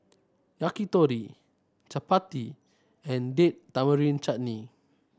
Yakitori Chapati and Date Tamarind Chutney